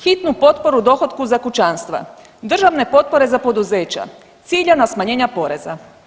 Hitnu potporu dohotku za kućanstva, državne potpore za poduzeća, ciljana smanjenja poreza.